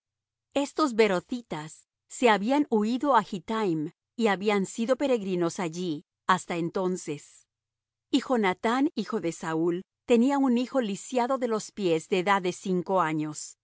estos beerothitas se habían huído á gittaim y habían sido peregrinos allí hasta entonces y jonathán hijo de saúl tenía un hijo lisiado de los pies de edad de cinco años